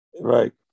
right